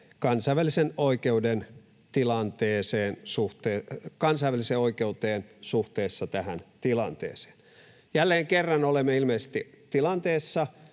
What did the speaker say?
kansainväliseen oikeuteen suhteessa tähän tilanteeseen. Jälleen kerran olemme ilmeisesti tilanteessa,